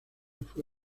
fue